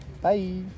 Bye